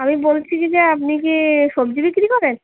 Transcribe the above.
আমি বলছি কি যে আপনি কি সবজি বিক্রি করেন